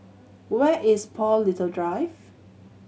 where is Paul Little Drive